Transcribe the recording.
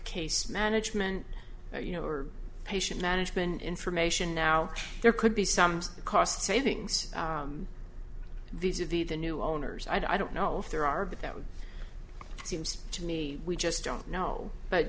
case management you know or patient management information now there could be some cost savings these are the the new owners i don't know if there are but that seems to me we just don't know but